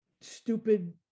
stupid